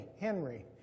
Henry